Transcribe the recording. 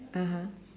(uh huh)